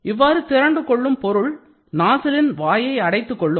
இவ்வாறு திரண்டுகொள்ளும் பொருள் நாசிலின் வாயை அடைத்துக்கொள்ளும்